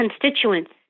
constituents